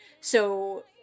So-